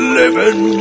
living